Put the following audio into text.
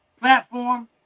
platform